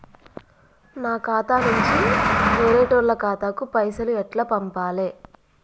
నా ఖాతా నుంచి వేరేటోళ్ల ఖాతాకు పైసలు ఎట్ల పంపాలే?